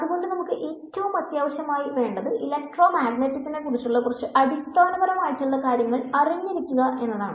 അതുകൊണ്ട് നമുക്ക് ഏറ്റവും അത്യാവശ്യം ആയി വേണ്ടത് ഇലക്ട്രോമഗ്നറ്റിക്സിനെ കുറിച്ചുള്ള കുറച്ചു അടിസ്ഥാനപരമായ കാര്യങ്ങൾ അറിഞ്ഞിരിക്കുക എന്നതാണ്